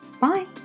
Bye